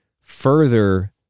further